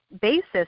basis